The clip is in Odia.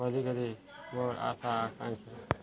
ଅଧିକଲି ମୋର୍ ଆଶା ଆକାଂକ୍ଷା